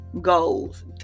goals